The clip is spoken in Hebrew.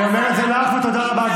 אני אומר את זה לך, ותודה רבה,